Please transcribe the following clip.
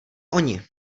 oni